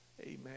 Amen